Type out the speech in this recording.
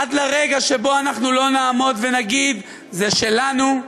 עד לרגע שאנחנו לא נעמוד ונגיד: זה שלנו,